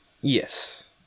Yes